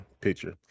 picture